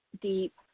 deep